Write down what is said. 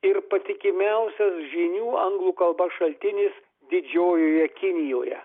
ir patikimiausias žinių anglų kalba šaltinis didžiojoje kinijoje